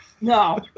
No